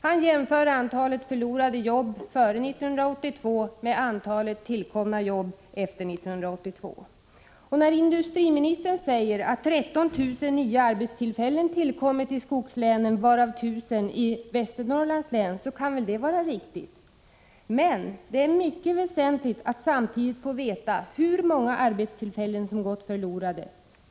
Han jämför antalet förlorade arbeten före 1982 med antalet tillkomna arbeten efter 1982. När industriministern säger att 13 000 nya arbetstillfällen har tillkommit i skogslänen, varav I 000i Västernorrlands län, kan väl det vara riktigt. Men det är mycket väsentligt att samtidigt få veta att många arbetstillfällen har gått förlorade.